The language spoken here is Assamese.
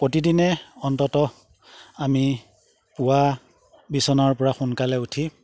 প্ৰতিদিনে অন্তত আমি পুৱা বিচনাৰ পৰা সোনকালে উঠি